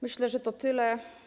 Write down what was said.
Myślę, że to tyle.